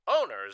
Owners